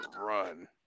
run